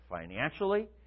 financially